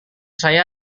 saya